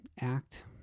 act